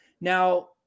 now